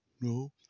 no